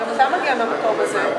גם אתה מגיע מהמקום הזה.